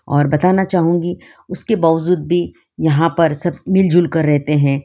और बताना चाहूँगी उसके बावज़ूद भी यहाँ पर सब मिलजुल कर रहते हैं